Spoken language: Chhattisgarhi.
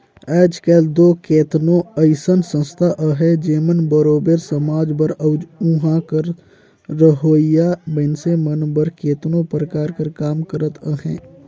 आएज काएल दो केतनो अइसन संस्था अहें जेमन बरोबेर समाज बर अउ उहां कर रहोइया मइनसे मन बर केतनो परकार कर काम करत अहें